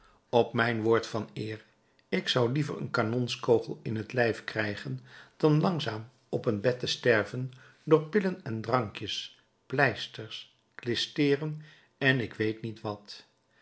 op mijn woord van eer ik zou liever een kanonskogel in het lijf krijgen dan langzaam op een bed te sterven door pillen en drankjes pleisters klisteeren en ik weet niet wat